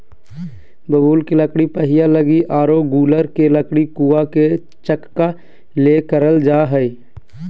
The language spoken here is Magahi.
बबूल के लकड़ी पहिया लगी आरो गूलर के लकड़ी कुआ के चकका ले करल जा हइ